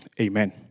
amen